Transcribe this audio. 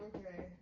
Okay